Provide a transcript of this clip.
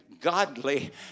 godly